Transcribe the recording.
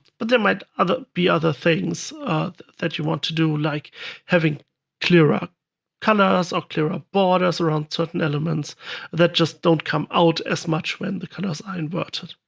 but there might be other things that you want to do like having clearer colors or clearer ah borders around certain elements that just don't come out as much when the colors are inverted.